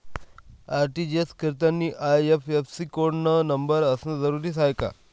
RTGS करतांनी IFSC न number असनं जरुरीच हाय का?